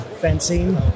fencing